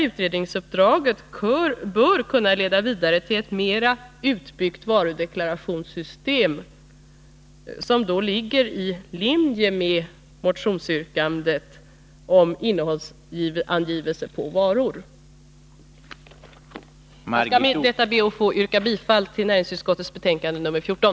Utredningsuppdraget bör kunna leda vidare till ett mer utbyggt varudeklarationssystem, som då ligger i linje med motionsyrkandet om innehållsangivelse på varan. Herr talman! Jag ber att få yrka bifall till näringsutskottets hemställan i dess betänkande nr 14.